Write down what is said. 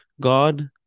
God